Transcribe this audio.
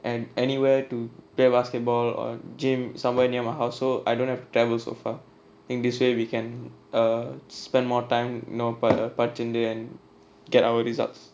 and anywhere to play basketball or gym somewhere near my house so I don't have traveled so far in this way we can err spent more time you know படிச்சிருந்து:padichirunthu and get our results